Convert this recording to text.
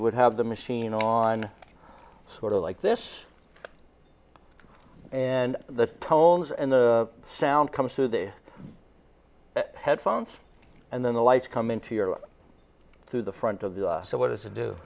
would have the machine on sort of like this and the tones and the sound comes through the headphones and then the lights come into your through the front of the so what does it do